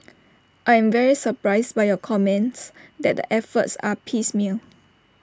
I am very surprised by your comments that the efforts are piecemeal